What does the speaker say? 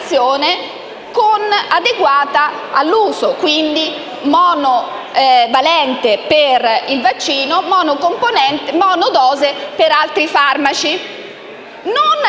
adeguata all'uso, quindi monovalente per il vaccino e monodose per altri farmaci.